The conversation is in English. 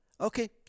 Okay